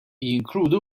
jinkludi